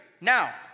Now